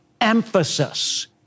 emphasis